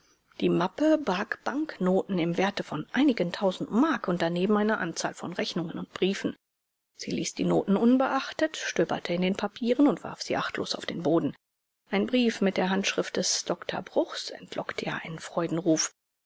die mappe barg banknoten im werte von einigen tausend mark und daneben eine anzahl von rechnungen und briefen sie ließ die noten unbeachtet stöberte in den papieren und warf sie achtlos auf den boden ein brief mit der handschrift des dr bruchs entlockte ihr einen